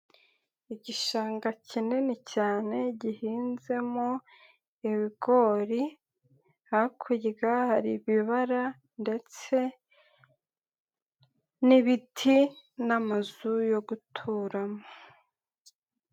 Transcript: Igishanga kinini cyane gihinzemo ibigori, hakurya hari ibibara ndetse n'ibiti n'amazu yo guturamo.